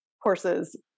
horses